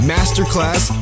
Masterclass